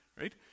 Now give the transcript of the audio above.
Right